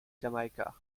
jamaica